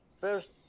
First